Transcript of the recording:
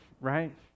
right